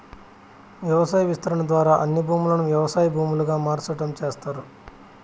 వ్యవసాయ విస్తరణ ద్వారా అన్ని భూములను వ్యవసాయ భూములుగా మార్సటం చేస్తారు